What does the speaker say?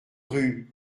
rue